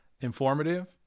informative